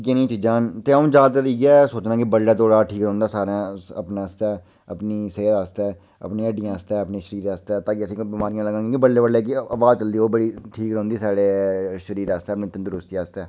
ते इ'यै जेहियां चीजां न अ'ऊं जैदातर इ'यै सोचनां बडलै दौड़ना ठीक रौंह्दा अपनी सेह्त आस्तै अपने शरीर आस्तै अपनी हड्डियें आस्तै भई असें कोई बमारियां निं लग्गन बडलै जेह्ड़ी ठंडी ठंडी हवा चलदी ओह् ठीक रौंह्दी